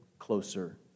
Closer